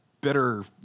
bitter